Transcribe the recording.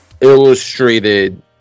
illustrated